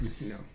no